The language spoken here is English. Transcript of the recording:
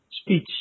speech